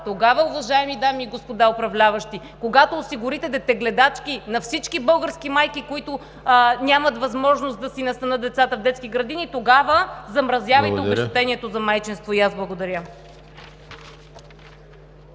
тогава, уважаеми дами и господа управляващи, когато осигурите детегледачки на всички български майки, които нямат възможност да си настанят децата в детски градини, тогава замразявайте обезщетението за майчинство. Благодаря.